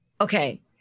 Okay